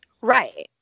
Right